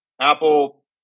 Apple